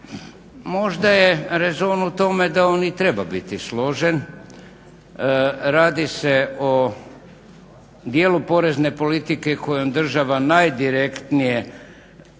možda je rezon u tome da on i treba biti složen. Radi se o dijelu porezne politike u kojem država najdirektnije